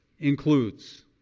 includes